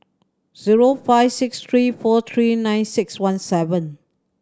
zero five six three four three nine six one seven